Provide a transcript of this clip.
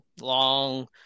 long